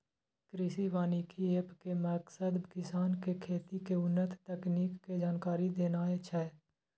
कृषि वानिकी एप के मकसद किसान कें खेती के उन्नत तकनीक के जानकारी देनाय छै